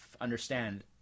understand